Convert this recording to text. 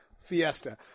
fiesta